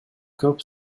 көп